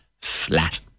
flat